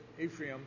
Ephraim